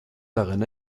daran